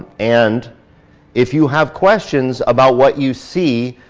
and if you have questions about what you see,